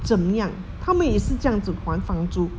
怎么样他们也是这样子还房租